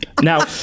Now